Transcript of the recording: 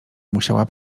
musiała